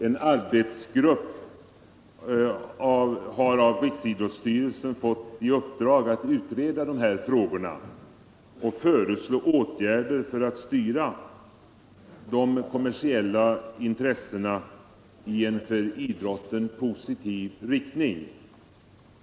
En arbetsgrupp har av riksidrottsstyrelsen fått i uppdrag att utreda de här frågorna och föreslå åtgärder för att styra de kommersiella intressena i en för idrotten positiv riktning.